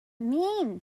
mean